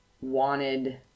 wanted